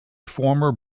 former